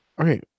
Okay